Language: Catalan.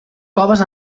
coves